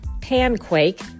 Panquake